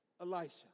Elisha